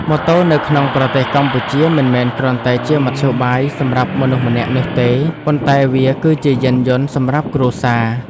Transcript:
ម៉ូតូនៅក្នុងប្រទេសកម្ពុជាមិនមែនគ្រាន់តែជាមធ្យោបាយសម្រាប់មនុស្សម្នាក់នោះទេប៉ុន្តែវាគឺជាយានយន្តសម្រាប់គ្រួសារ។